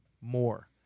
more